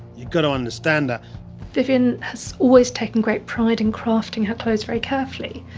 you gotta understand that vivienne has always taken great pride in crafting her clothes very carefully.